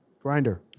grinder